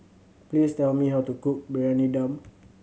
please tell me how to cook Briyani Dum